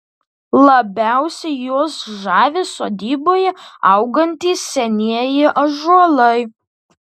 labiausiai juos žavi sodyboje augantys senieji ąžuolai